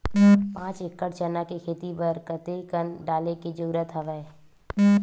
पांच एकड़ चना के खेती बर कते कन डाले के जरूरत हवय?